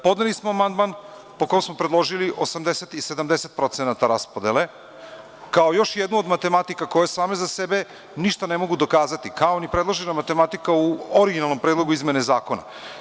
Podneli smo amandman, po kome smo predložili 80% i 70%raspodele, kao još jednu od matematike koje same za sebe ništa ne mogu dokazati, kao i ni predložena matematika u originalnom predlogu izmene zakona.